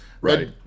right